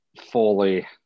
fully